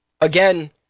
again